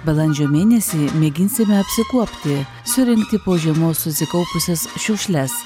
balandžio mėnesį mėginsime apsikuopti surinkti po žiemos susikaupusias šiukšles